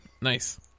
Nice